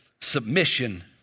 submission